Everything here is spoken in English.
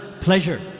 pleasure